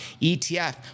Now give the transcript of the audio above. ETF